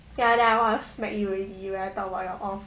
ya then I want to smack you already when I talk about your off